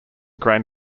grain